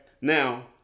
Now